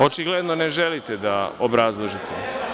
Očigledno je da ne želite da obrazložite.